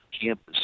campus